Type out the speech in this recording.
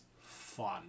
fun